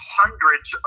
hundreds